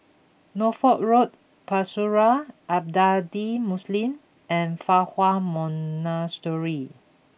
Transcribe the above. Norfolk Road Pusara Abadi Muslim and Fa Hua Monastery